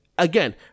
Again